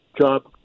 job